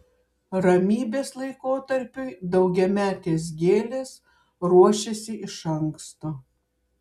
ramybės laikotarpiui daugiametės gėlės ruošiasi iš anksto